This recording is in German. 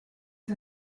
der